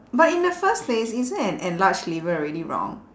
but in the first place isn't an enlarged liver already wrong